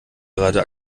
gerade